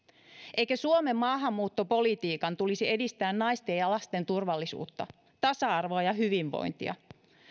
eikö suomen maahanmuuttopolitiikan tulisi edistää naisten ja lasten turvallisuutta tasa arvoa ja hyvinvointia